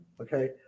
okay